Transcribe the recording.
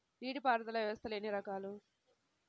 నీటిపారుదల వ్యవస్థలు ఎన్ని రకాలు?